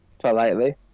politely